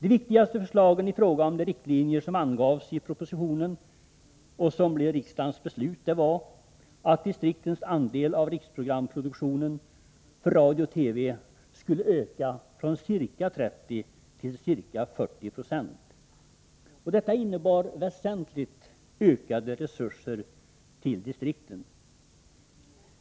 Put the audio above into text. De viktigaste förslagen i fråga om de riktlinjer som angavs i propositionen, och som blev riksdagens beslut, var att distriktens andel av riksprogramproduktionen för radio och TV skulle öka från ca 30 till ca 40 26. Detta innebar väsentligt ökade resurser till distrikten.